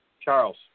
Charles